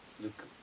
look